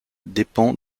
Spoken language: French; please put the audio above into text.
dépend